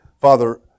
Father